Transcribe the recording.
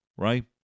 Right